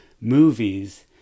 movies